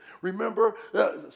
Remember